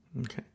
Okay